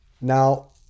now